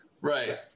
Right